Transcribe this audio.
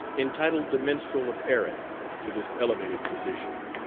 entitled the minstrel of erin to this elevated position.